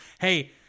Hey